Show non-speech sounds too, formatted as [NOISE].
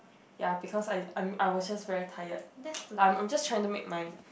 ya because I I'm was just very tired [NOISE] I'm I'm just trying to make my